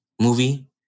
movie